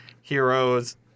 Heroes